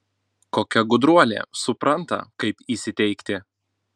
kokia gudruolė supranta kaip įsiteikti